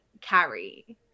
carry